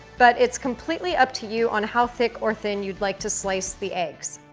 but it's completely up to you on how thick or thin you'd like to slice the eggs.